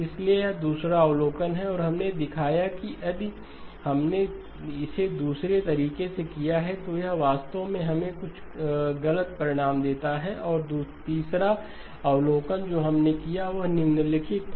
इसलिए यह दूसरा अवलोकन है और हमने दिखाया कि यदि हमने इसे दूसरे तरीके से किया है तो यह वास्तव में हमें कुछ गलत परिणाम देता है और तीसरा अवलोकन जो हमने किया वह निम्नलिखित था